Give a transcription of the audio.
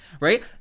Right